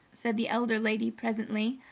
said the elder lady, presently,